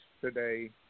today